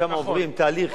שם הם עוברים תהליך,